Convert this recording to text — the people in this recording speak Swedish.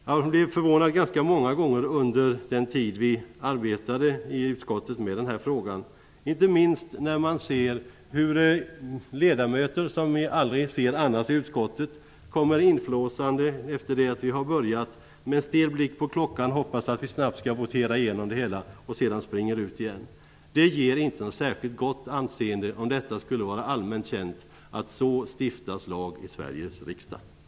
Jag blev förvånad ganska många gånger under den tid vi arbetade i utskottet med den här frågan, inte minst när jag såg hur ledamöter som vi aldrig annars ser i utskottet kom inflåsande efter det att vi hade börjat. Med en stel blick på klockan hoppades de att vi snabbt skulle votera igenom det hela. Sedan sprang de ut igen. Det ger inte ett särskilt gott anseende om det skulle vara allmänt känt att lagar stiftas så i Sveriges riksdag. Herr talman!